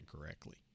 correctly